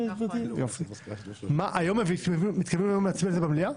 הם מתכוונים להצביע על זה היום במליאה?